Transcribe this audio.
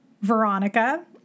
Veronica